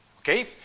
okay